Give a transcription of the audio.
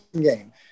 game